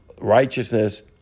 Righteousness